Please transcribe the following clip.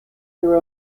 their